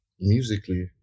musically